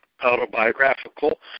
autobiographical